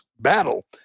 battle